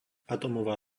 atómová